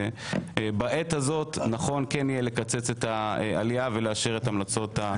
שבעת הזאת נכון יהיה לקצץ את העלייה ולאשר את המלצות הוועדה.